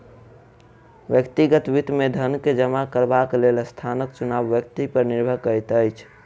व्यक्तिगत वित्त मे धन के जमा करबाक लेल स्थानक चुनाव व्यक्ति पर निर्भर करैत अछि